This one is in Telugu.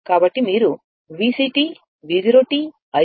కాబట్టి మీరు VC V0 i0